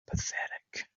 pathetic